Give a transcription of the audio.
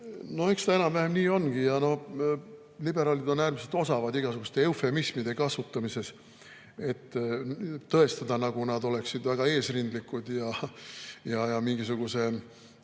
No eks ta enam-vähem nii ongi. Liberaalid on äärmiselt osavad igasuguste eufemismide kasutamisel, et tõestada, nagu oleksid nad väga eesrindlikud ja mingisuguse